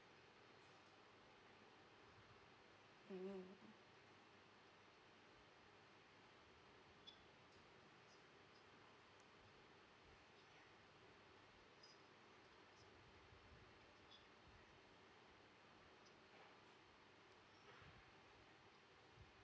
mm